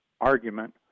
argument